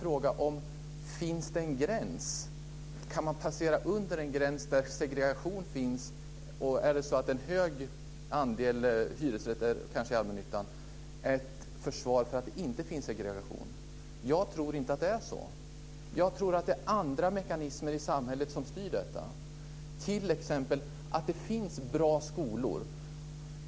Frågan är om det går en gräns under vilken segregationen finns och om en hög andel hyresrätter, kanske i allmännyttan, kan försvaras med att dessa inte skapar segregation. Jag tror inte att det är så. Jag tror att detta styrs av andra mekanismer i samhället, t.ex. förekomsten av bra skolor.